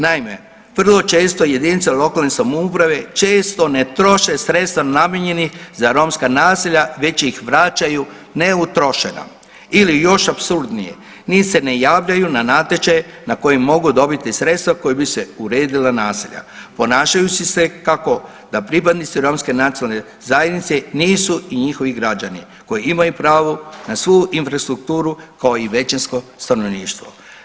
Naime, vrlo često JLS često ne troše sredstva namijenjena za romska naselja već ih vraćaju neutrošena ili još apsurdnije nit se ne javljaju na natječaj na kojem mogu dobiti sredstva kojima bi se uredila naselja ponašajući se kako da pripadnici romske nacionalne zajednice nisu i njihovi građani koji imaju pravo na svu infrastrukturu kao i većinsko stanovništvo.